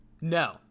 No